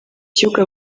gihugu